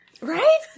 Right